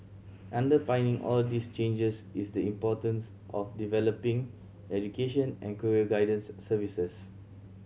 underpinning all these changes is the importance of developing education and career guidance services